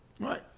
Right